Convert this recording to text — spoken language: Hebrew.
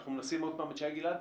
אנחנו מנסים עוד פעם את שי גלעד?